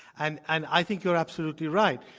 and and i think you're absolutely right.